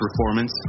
performance